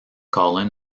colin